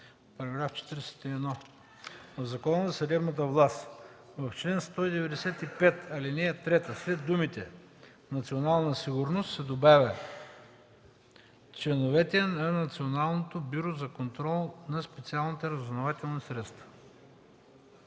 § 41: „§ 41. В Закона за съдебната власт в чл. 195, ал. 3 след думите „Национална сигурност” се добавя „членовете на Националното бюро за контрол на специалните разузнавателни средства,”